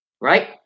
Right